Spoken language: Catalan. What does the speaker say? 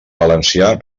valencià